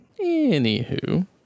Anywho